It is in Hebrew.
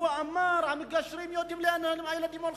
הוא אמר: המגשרים יודעים לאן הילדים הולכים.